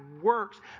works